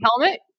helmet